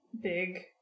big